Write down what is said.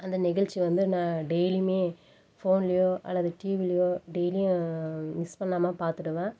அந்த நிகழ்ச்சி வந்து நான் டெய்லியும் ஃபோன்லேயோ அல்லது டிவிலேயோ டெய்லியும் மிஸ் பண்ணாமல் பார்த்துடுவேன்